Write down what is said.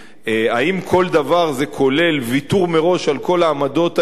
האם "כל דבר" כולל ויתור מראש על כל העמדות הישראליות,